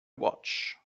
watch